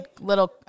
little –